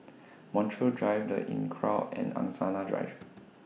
Montreal Drive The Inncrowd and Angsana Drive